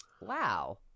Wow